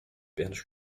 pernas